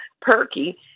perky